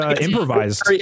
improvised